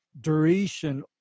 duration